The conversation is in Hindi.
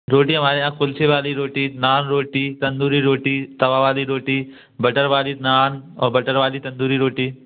रोटी हमारे यहाँ कुलचे वाली रोटी नान रोटी तंदूरी रोटी तवा वाली रोटी बटर वाली नान और बटर वाली तंदूरी रोटी